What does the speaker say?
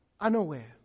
Unaware